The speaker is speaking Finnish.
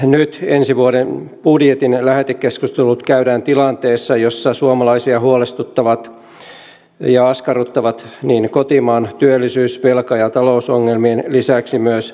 nyt ensi vuoden budjetin lähetekeskustelut käydään tilanteessa jossa suomalaisia huolestuttavat ja askarruttavat kotimaan työllisyys velka ja talousongelmien lisäksi myös pakolaisasiat